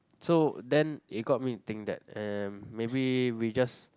so then you got me to think that um maybe we just